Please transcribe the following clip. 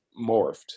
morphed